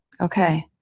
Okay